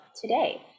today